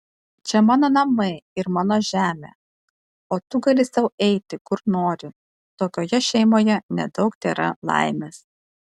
čia mano namai ir mano žemė o tu gali sau eiti kur nori tokioje šeimoje nedaug tėra laimės